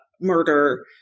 murder